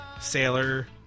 sailor